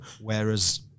Whereas